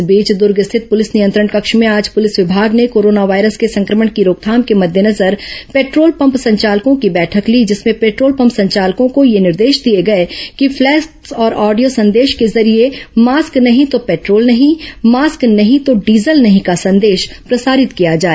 इस बीच दुर्ग स्थित पुलिस नियंत्रण कक्ष में आज पुलिस विभाग ने कोरोना वायरस के संक्रमण की रोकथाम के मद्देनजर पेट्रोल पम्प संचालकों की बैठक ली जिसमें पेट्रोल पम्प संचालकों को यह निर्देश दिए गए कि फ्लैक्स और ऑडियो संदेश के जरिये मास्क नहीं तो पेट्रोल नहीं मास्क नहीं तो डीजल नहीं का संदेश प्रसारित किया जाए